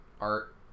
art